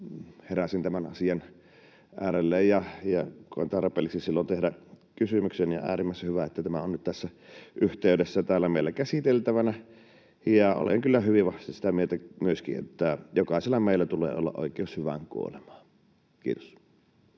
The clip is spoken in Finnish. heräsin tämän asian äärelle ja koin tarpeelliseksi silloin tehdä kysymyksen, ja on äärimmäisen hyvä, että tämä on nyt tässä yhteydessä täällä meillä käsiteltävänä. Olen kyllä hyvin vahvasti sitä mieltä myöskin, että jokaisella meillä tulee olla oikeus hyvään kuolemaan. — Kiitos.